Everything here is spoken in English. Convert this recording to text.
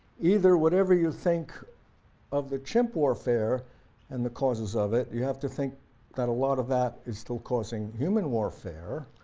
either whatever you think of the chimp warfare and the causes of it you have to think that a lot of that is still causing human warfare,